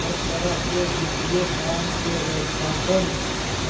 सब तरह के वित्तीय काम के लेखांकन